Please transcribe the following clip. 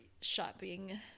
shopping